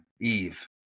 Eve